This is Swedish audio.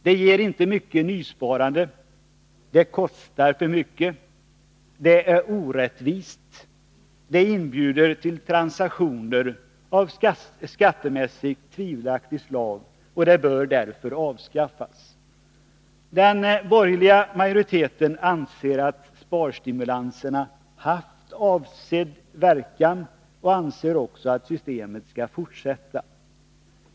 Det ger inte mycket nysparande, det kostar för mycket, det är orättvist och det inbjuder till transaktioner av skattemässigt tvivelaktigt slag, och det bör därför avskaffas. Den borgerliga majoriteten anser att sparstimulanserna haft avsedd verkan och anser också att systemet skall behållas.